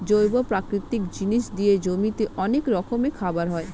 জৈব প্রাকৃতিক জিনিস দিয়ে জমিতে অনেক রকমের খাবার হয়